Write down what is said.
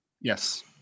Yes